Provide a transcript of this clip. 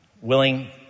willing